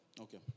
Okay